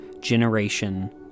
generation